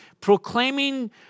proclaiming